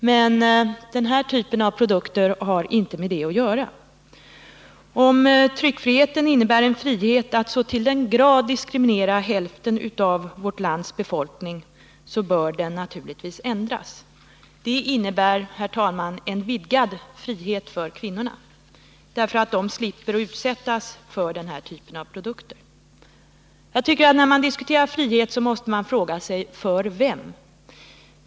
Men den här typen av produkter har inte med det att göra. Om tryckfriheten innebär en frihet att så till den grad diskriminera hälften av vårt lands befolkning, så bör tryckfrihetsförordningen naturligtvis ändras. Det innebär, herr talman, en vidgad frihet för kvinnorna, därför att de slipper utsättas för dessa produkter. Jag tycker att när man diskuterar frihet måste man fråga sig: Frihet för vem?